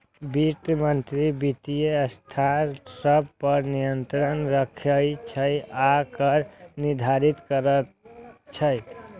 वित्त मंत्री वित्तीय संस्था सभ पर नियंत्रण राखै छै आ कर निर्धारित करैत छै